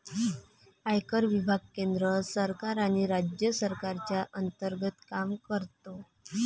आयकर विभाग केंद्र सरकार आणि राज्य सरकारच्या अंतर्गत काम करतो